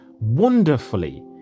Wonderfully